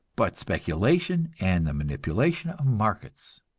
but speculation and the manipulation of markets.